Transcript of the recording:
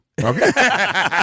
Okay